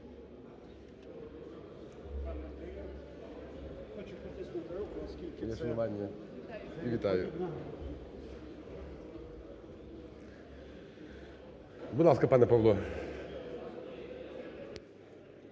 Будь ласка, пане Павло.